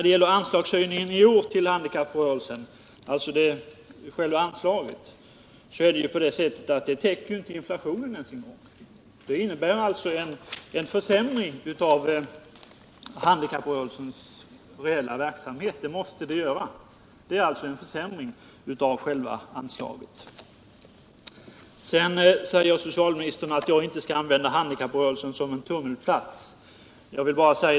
Årets höjning av anslaget till handikapprörelsen täcker inte ens inflationen, vilket medför en försämring av verksamheten inom handikapprörelsen. Sedan säger socialministern att jag inte skall använda handikapprörelsen som tummelplats.